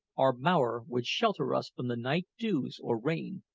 our bower would shelter us from the night-dews or rain,